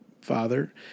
father